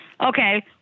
Okay